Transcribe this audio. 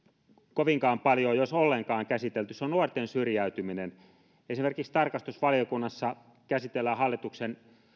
kovinkaan paljon jos ollenkaan käsitelty se on nuorten syrjäytyminen esimerkiksi tarkastusvaliokunnassa käsitellään hallituksen